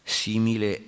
simile